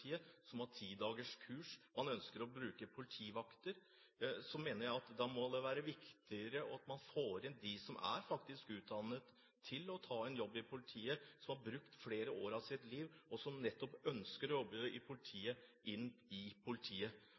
som har ti dagers kurs, man ønsker å bruke politivakter – så mener jeg det må være viktigere å få inn dem som faktisk er utdannet til å ta en jobb i politiet, som har brukt flere år av sitt liv på dette, og som nettopp ønsker å jobbe i politiet.